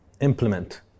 implement